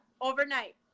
overnight